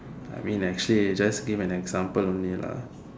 I mean actually just give an example only lah